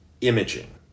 imaging